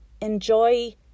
enjoy